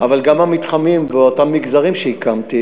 אבל גם המתחמים באותם מגזרים שהקמתי.